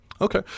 Okay